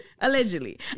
allegedly